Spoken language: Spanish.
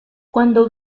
cuando